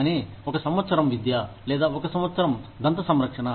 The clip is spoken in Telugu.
కానీ ఒక సంవత్సరం విద్య లేదా ఒక సంవత్సరం దంత సంరక్షణ